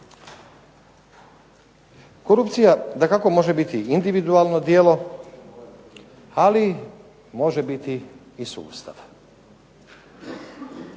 Korupcija dakako može biti individualno djelo, ali može biti i sustav.